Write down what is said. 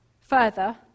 further